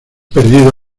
perdido